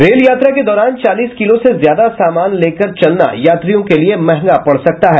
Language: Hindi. रेल यात्रा के दौरान चालीस किलो से ज्यादा सामान ले कर चलना यात्रियों के लिए मंहगा पड़ सकता है